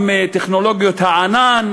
עם טכנולוגיות הענן,